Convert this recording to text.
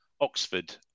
Oxford